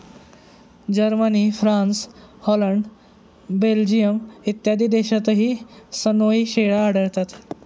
Germany, France, Holland, Belgium इत्यादी देशांतही सनोई शेळ्या आढळतात